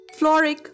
Floric